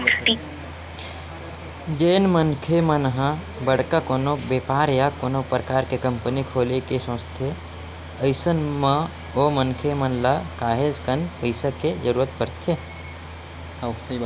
जेन मनखे मन ह बड़का कोनो बेपार या कोनो परकार के कंपनी खोले के सोचथे अइसन म ओ मनखे मन ल काहेच कन पइसा के जरुरत परथे